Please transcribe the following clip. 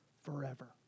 forever